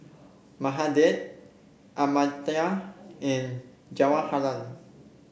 Mahade Amartya and Jawaharlal